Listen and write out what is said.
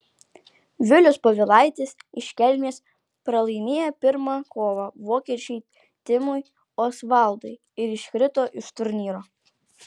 vilius povilaitis iš kelmės pralaimėjo pirmą kovą vokiečiui timui osvaldui ir iškrito iš turnyro